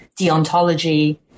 deontology